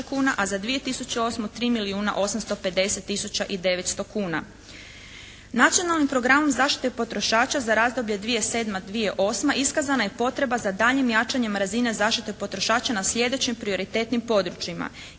850 tisuća i 900 kuna. Nacionalnim programom za zaštitu potrošača za razdoblje 2007./2008. iskazana je potreba za daljnjim jačanjem razine zaštite potrošača na sljedećim prioritetnim područjima,